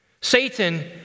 Satan